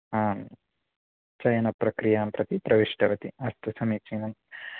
आं चयनप्रक्रियां प्रति प्रविष्टवती अस्तु समीचीनम्